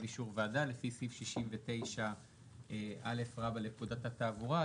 אישור ועדה לפי סעיף 69א לפקודת התעבורה,